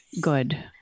good